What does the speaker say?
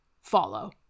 follow